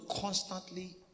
constantly